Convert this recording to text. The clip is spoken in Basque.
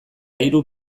hiru